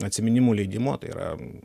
atsiminimų leidimo tai yra